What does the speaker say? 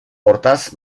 hortaz